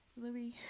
Louis